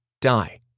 Die